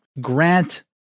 grant